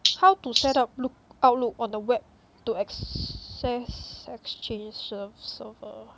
how to set up look outlook on the web to access exchange ser~ server